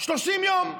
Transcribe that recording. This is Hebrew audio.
30 יום.